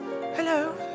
Hello